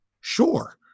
sure